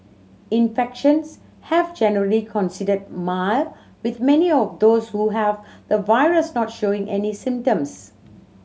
infections have generally considered mild with many of those who have the virus not showing any symptoms